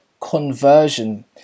conversion